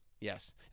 Yes